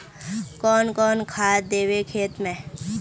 कौन कौन खाद देवे खेत में?